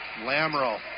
Lamro